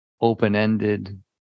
open-ended